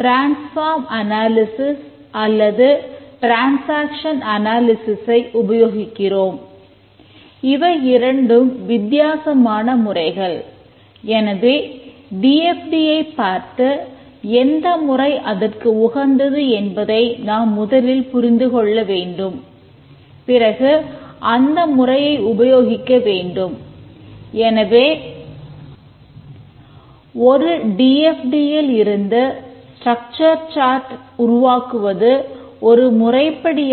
transform analysis உபயோகிக்கலாமா என்பதை நம்மால்